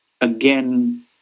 again